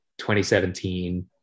2017